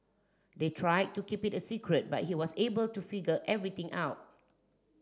they tried to keep it a secret but he was able to figure everything out